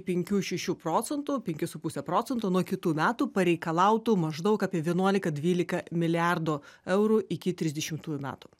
penkių šešių procentų penki su puse procento nuo kitų metų pareikalautų maždaug apie vienuolika dvylika milijardo eurų iki trisdešimtųjų metų